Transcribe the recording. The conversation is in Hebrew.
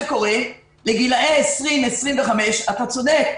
לגילאי 20 25, אתה צודק,